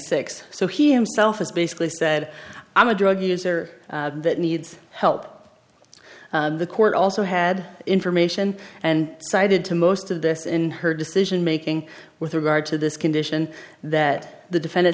six so he himself has basically said i'm a drug user that needs help the court also had information and cited to most of this in her decision making with regard to this condition that the defend